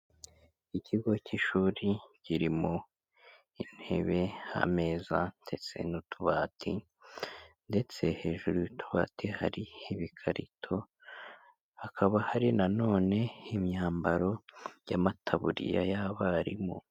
Ikigo cy'ishuri kiri mu intebe, ameza ndetse n'utubati ndetse hejuru y'utubati hariho ibikarito hakaba hari nanone imyambaro y'amataburiya y'abarimu.